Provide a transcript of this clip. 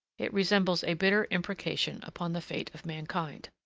it resembles a bitter imprecation upon the fate of mankind.